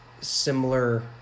similar